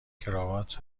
کراوات